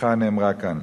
התוכחה נאמרה כאן.